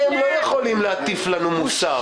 אתם לא יכולים להטיף לנו מוסר.